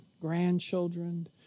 grandchildren